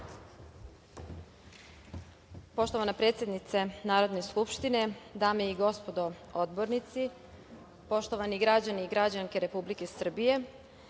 Poštovana predsednice Narodne skupštine, dame i gospodo odbornici, poštovani građani i građanke Republike Srbije,